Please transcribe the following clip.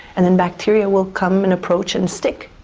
and then bacteria will come and approach and stick,